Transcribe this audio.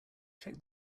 check